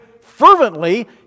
fervently